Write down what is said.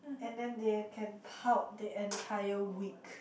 and then they can pout the entire week